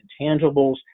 intangibles